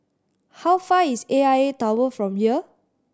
how far is A I A Tower from here